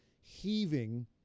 heaving